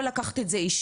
או לקחת את זה אישית,